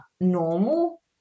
normal